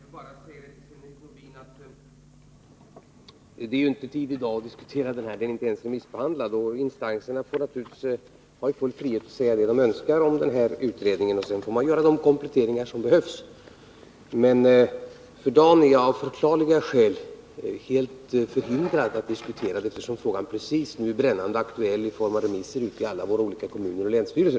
Herr talman! Jag vill bara säga till Sven-Erik Nordin att det inte är rätta tillfället att diskutera den här utredningen i dag. Den är inte ens remissbehandlad. Remissinstanserna har ju full frihet att säga vad de vill om utredningen, och sedan får man göra de kompletteringar som behövs. Men för dagen är jag av förklarliga skäl förhindrad att diskutera den här frågan, eftersom den precis nu är brännande aktuell genom remisserna i alla olika kommuner och länsstyrelser.